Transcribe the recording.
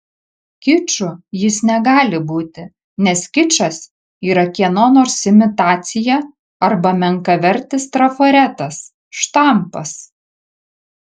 kiču jis negali būti nes kičas yra kieno nors imitacija arba menkavertis trafaretas štampas